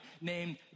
named